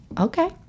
okay